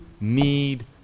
need